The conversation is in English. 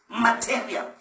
material